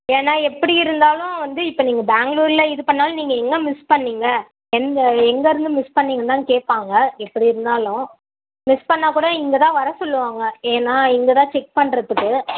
ஏன்னா எப்படி இருந்தாலும் வந்து இப்போ நீங்கள் பேங்களூர்ல இது பண்ணாலும் நீங்கள் எங்கே மிஸ் பண்ணீங்கள் எந்த எங்கே இருந்து மிஸ் பண்ணீங்கன்னு தான் கேட்பாங்க எப்படி இருந்தாலும் மிஸ் பண்ணால் கூட இங்கே தான் வர சொல்லுவாங்க ஏன்னா இங்கே தான் செக் பண்ணுறதுக்கு